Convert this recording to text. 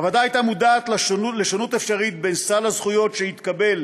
הוועדה הייתה מודעת לשונות אפשרית בין סל הזכויות שיתקבל